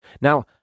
Now